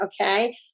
okay